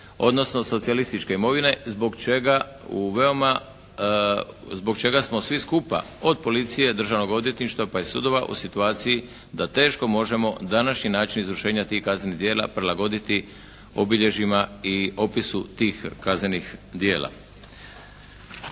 odnosno socijalističke imovine zbog čega u veoma, zbog čega smo svi skupa od Policije, Državnog odvjetništva pa i sudova u situaciji da teško možemo današnji način izvršenja tih kaznenih djela prilagoditi obilježjima i opisu tih kaznenih djela.